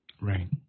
Right